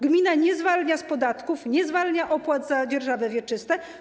Gmina nie zwalnia z podatków, nie zwalnia z opłat za dzierżawy wieczyste.